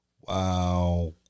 Wow